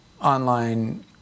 online